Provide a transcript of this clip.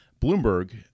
Bloomberg